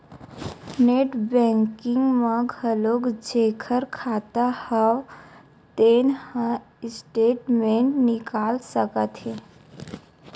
net banking म घलोक जेखर खाता हव तेन ह स्टेटमेंट निकाल सकत हे